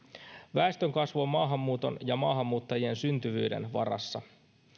väestönkasvu on maahanmuuton ja maahanmuuttajien syntyvyyden varassa